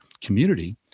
community